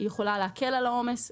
יכולה להקל על העומס,